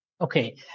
Okay